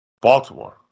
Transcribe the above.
Baltimore